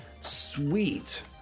sweet